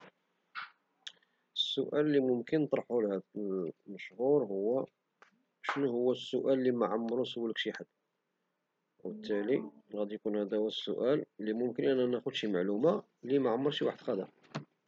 السؤال لي ممكن نطرحو على هد الشخص المشهور هو شنو هو السؤال لي معمر شي حد سولك وبالتالي غادي يكون هذا هو السؤال لي ممكن أنا ناخذ شي معلومة لي معمر شي واحد خذاها.